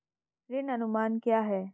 ऋण अनुमान क्या है?